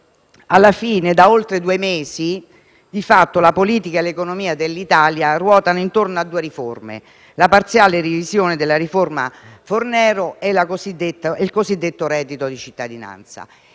europea. Da oltre due mesi, di fatto, la politica e l'economia dell'Italia ruotano intorno a due riforme: la parziale revisione della riforma Fornero e il cosiddetto reddito di cittadinanza.